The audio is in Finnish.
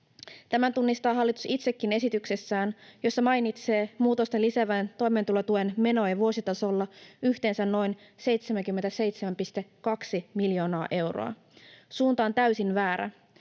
Tämän tunnistaa hallitus itsekin esityksessään, jossa mainitsee muutosten lisäävän toimeentulotuen menoja vuositasolla yhteensä noin 77,2 miljoonaa euroa. Suunta on täysin väärä.